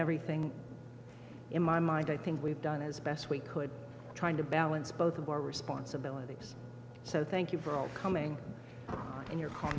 everything in my mind i think we've done as best we could trying to balance both of our responsibilities so thank you for coming and your ca